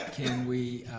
can we